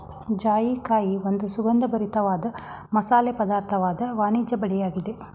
ಜಾಜಿಕಾಯಿ ಒಂದು ಸುಗಂಧಭರಿತ ವಾದ ಮಸಾಲೆ ಪದಾರ್ಥವಾದ ವಾಣಿಜ್ಯ ಬೆಳೆಯಾಗಿದೆ